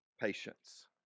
patience